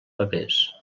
papers